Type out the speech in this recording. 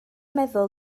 meddwl